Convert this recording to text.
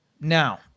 Now